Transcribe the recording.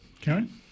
Karen